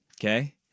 okay